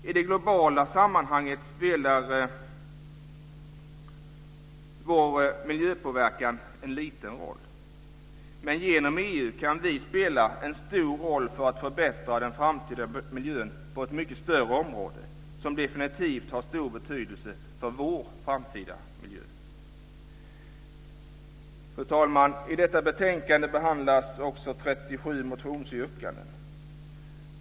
I det globala sammanhanget spelar vår miljöpåverkan en liten roll, men genom EU kan vi spela en stor roll för att förbättra den framtida miljön på ett mycket större område som definitivt har en stor betydelse för vår framtida miljö. Fru talman! I detta betänkande behandlas också 37 motionsyrkanden.